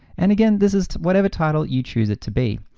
and again, this is whatever title you choose it to be.